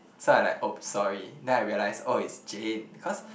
so I like oops sorry then I realize oh it's Jane cause